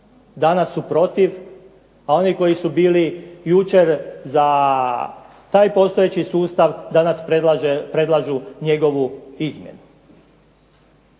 danas su protiv, a oni koji su bili jučer za taj postojeći sustav danas predlažu njegovu izmjenu.